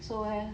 so